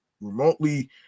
remotely